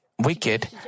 wicked